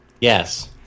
Yes